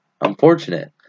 unfortunate